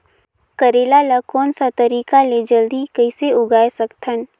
करेला ला कोन सा तरीका ले जल्दी कइसे उगाय सकथन?